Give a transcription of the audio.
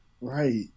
Right